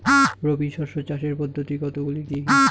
রবি শস্য চাষের পদ্ধতি কতগুলি কি কি?